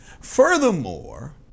Furthermore